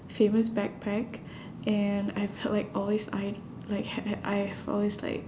famous backpack and I've had like always eyed like h~ h~ I've always like